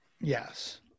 Yes